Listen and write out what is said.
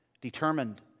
determined